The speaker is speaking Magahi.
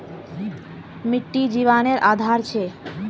मिटटी जिवानेर आधार छे